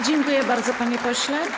Dziękuję bardzo, panie pośle.